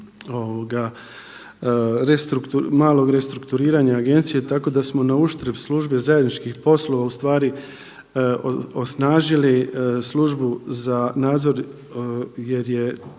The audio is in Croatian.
malog restrukturiranja agencije tako da smo na uštrb Službe zajedničkih poslova u stvari osnažili službu za nadzor jer je